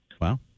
Wow